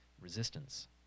resistance